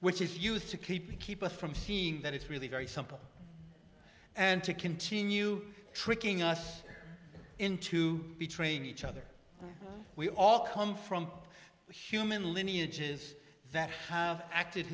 which is used to keep it keep it from seeing that it's really very simple and to continue tricking us into between each other we all come from human lineages that have acted